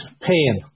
pain